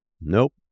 Nope